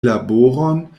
laboron